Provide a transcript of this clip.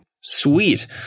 Sweet